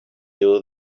you